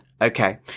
Okay